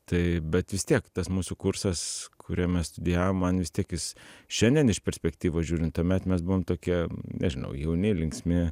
tai bet vis tiek tas mūsų kursas kuriame studijavom man vis tiek jis šiandien iš perspektyvos žiūrint tuomet mes buvom tokie nežinau jauni linksmi